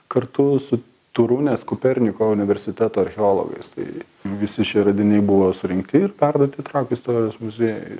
kartu su torunės koperniko universiteto archeologais tai visi šie radiniai buvo surinkti ir perduoti trakų istorijos muziejui